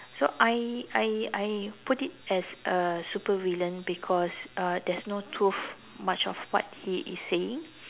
so I I I put it as a supervillain because uh there's no truth much of what he is saying